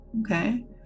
okay